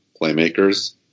playmakers